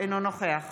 אינו נוכח